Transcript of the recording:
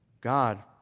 God